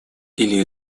или